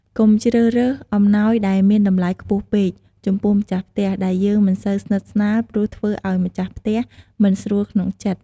កុំជ្រើសរើសអំណោយដែលមានតម្លៃខ្ពស់ពេកចំពោះម្ចាស់ផ្ទះដែលយើងមិនសូវស្និតស្នាលព្រោះធ្វើឲ្យម្ចាស់ ផ្ទះមិនស្រួលក្នុងចិត្ត។